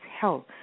health